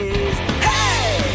Hey